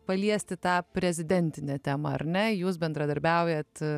paliesti tą prezidentinę temą ar ne jūs bendradarbiaujat